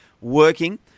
working